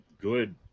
good